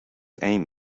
aim